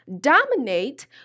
dominate